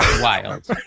wild